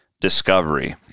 Discovery